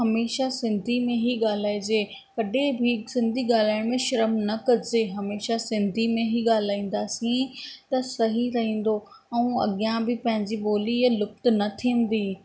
हमेशा सिंधी में ई ॻाल्हाइजे कॾहिं बि सिंधी ॻाल्हाइण में शर्म न कजे हमेशा सिंधी में ई ॻाल्हाईंदासीं त सही रहींदो ऐं अॻियां बि पंहिंजी ॿोली इहा लुप्त न थींदी